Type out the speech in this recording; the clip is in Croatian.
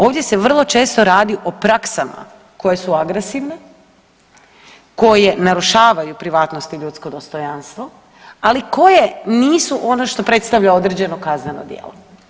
Ovdje se vrlo često radi o praksama koje su agresivne, koje narušavaju privatnost i ljudsko dostojanstvo, ali koje nisu ono što predstavlja određeno kazneno djelo.